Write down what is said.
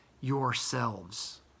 yourselves